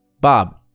Bob